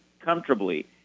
comfortably